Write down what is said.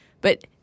But-